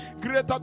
Greater